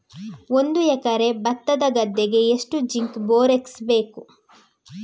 ಒಂದು ಎಕರೆ ಭತ್ತದ ಗದ್ದೆಗೆ ಎಷ್ಟು ಜಿಂಕ್ ಬೋರೆಕ್ಸ್ ಬೇಕು?